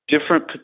different